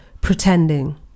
pretending